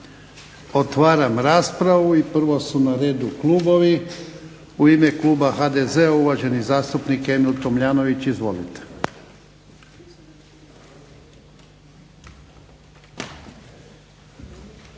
Otvaram raspravu. Prvo su na redu klubovi. U ime kluba HDZ-a uvaženi zastupnik Emil Tomljanović. Izvolite.